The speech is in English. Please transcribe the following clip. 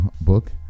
book